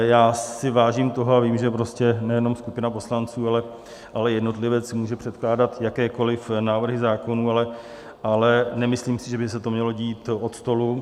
Já si vážím toho a vím, že prostě nejenom skupina poslanců, ale i jednotlivec si může předkládat jakékoliv návrhy zákonů, ale nemyslím si, že by se to mělo dít od stolu.